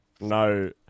no